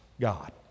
God